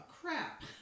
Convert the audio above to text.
crap